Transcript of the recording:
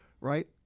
right